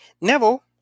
Neville